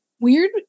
weird